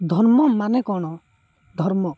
ଧର୍ମ ମାନେ କ'ଣ ଧର୍ମ